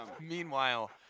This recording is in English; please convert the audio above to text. Meanwhile